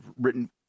written